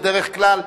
בדרך כלל,